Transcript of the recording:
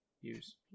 use